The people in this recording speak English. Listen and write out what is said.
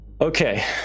Okay